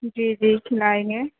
جی جی کھلائیں گے